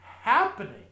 happening